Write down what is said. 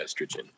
estrogen